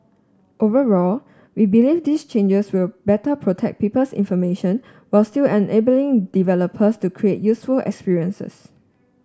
overall we believe these changes will better protect people's information while still enabling developers to create useful experiences